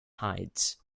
hides